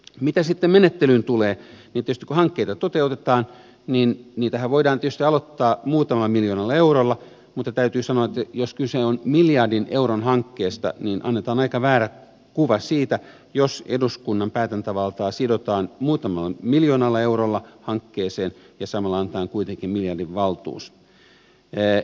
mitä sitten menettelyyn tulee niin tietysti kun hankkeita toteutetaan niitä voidaan aloittaa muutamalla miljoonalla eurolla mutta täytyy sanoa että jos kyse on miljardin euron hankkeesta niin annetaan aika väärä kuva siitä jos eduskunnan päätäntävaltaa sidotaan muutamalla miljoonalla eurolla hankkeeseen ja samalla annetaan kuitenkin miljardin valtuus